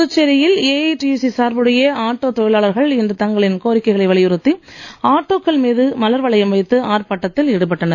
புதுச்சேரியில் ஏஐடியுசி சார்புடைய ஆட்டோ தொழிலாளர்கள் இன்று தங்களின் கோரிக்கைகளை வலியுறுத்தி ஆட்டோக்கள் மீது மலர் வளையம் வைத்து ஆர்ப்பாட்டத்தில் ஈடுபட்டனர்